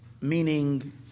meaning